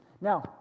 Now